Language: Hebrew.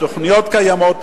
התוכניות קיימות,